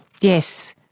Yes